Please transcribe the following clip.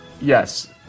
Yes